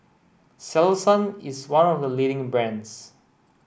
Selsun is one of the leading brands